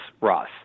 ross